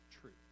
truth